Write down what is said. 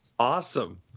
awesome